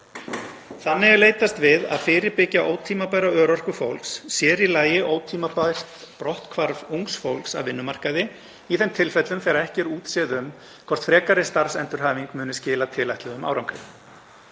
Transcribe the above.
Þannig er leitast við að fyrirbyggja ótímabæra örorku fólks, sér í lagi ótímabært brotthvarf ungs fólks af vinnumarkaði, í þeim tilfellum þegar ekki er útséð um hvort frekari starfsendurhæfing muni skila tilætluðum árangri.